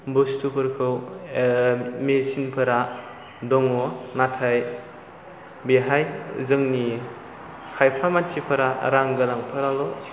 बुस्तुफोरखौ मेसिनफोरा दङ नाथाय बेहाय जोंनि खायफा मानसिफोरा रां गोनांफोरावल'